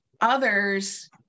others